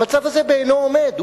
המצב הזה בעינו עומד.